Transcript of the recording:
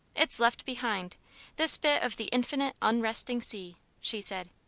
it's left behind this bit of the infinite, unresting sea! she said.